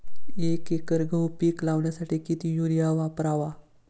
एक एकर गहू पीक लावण्यासाठी किती युरिया वापरावा?